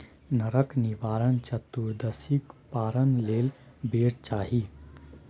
नरक निवारण चतुदर्शीक पारण लेल बेर चाही